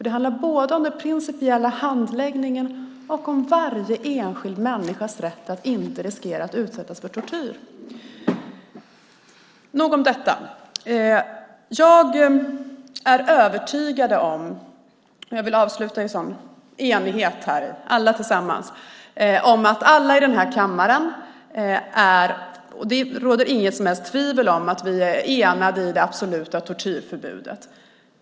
Det handlar både om den principiella handläggningen och om varje enskild människas rätt att inte riskera att utsättas för tortyr. Nog om detta. Det råder inget tvivel om att alla här i kammaren är enade i det absoluta tortyrförbudet.